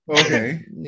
Okay